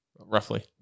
roughly